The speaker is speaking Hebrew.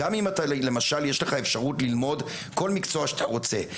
למשל יש לך אפשרות ללמוד כל מקצוע שאתה רוצה,